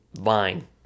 Vine